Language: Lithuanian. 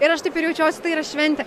ir aš taip ir jaučiuosi tai yra šventė